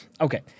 okay